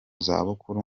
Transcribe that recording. zabukuru